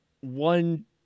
one